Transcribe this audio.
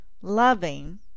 loving